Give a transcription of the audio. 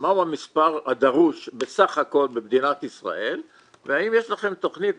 מה המספר הדרוש בסך הכול במדינת ישראל והאם יש לכם תכנית,